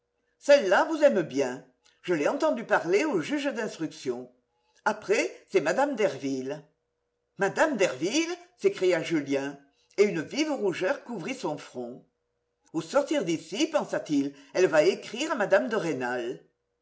celle-là vous aime bien je l'ai entendue parler au juge d'instruction après c'est mme derville mme derville s'écria julien et une vive rougeur couvrit son front au sortir d'ici pensa-t-il elle va écrire à mme de rênal